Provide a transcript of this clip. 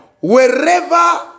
wherever